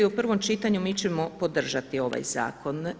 U prvom čitanju mi ćemo podržati ovaj zakon.